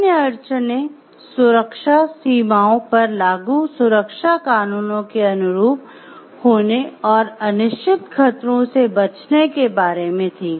अन्य अड़चनें "सुरक्षा सीमाओं" थी